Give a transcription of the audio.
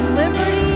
liberty